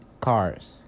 cars